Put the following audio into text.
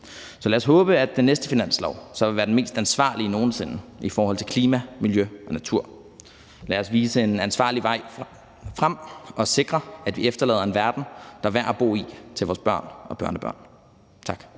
Så lad os håbe, at den næste finanslov så vil være den mest ansvarlige nogen sinde i forhold til klima, miljø og natur. Lad os vise en ansvarlig vej frem og sikre, at vi efterlader en verden, der er værd at bo i, til vores børn og børnebørn. Tak.